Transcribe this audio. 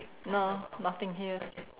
no nothing here